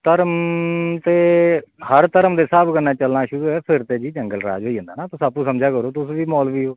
धर्म ते हर धर्म दे स्हाब कन्नै चलना शुरू होया ते फिर जंगलराज शुरू होई जंदा ना तुस बी समझा करो तुस मौलवी ओ